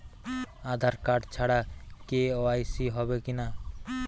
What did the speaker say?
আধার card ছাড়া KYC হবে কিনা?